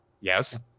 Yes